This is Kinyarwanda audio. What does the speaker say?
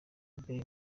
abbey